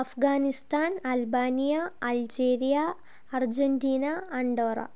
Afghanistan Albania Algeria Argentina Andorra